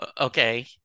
Okay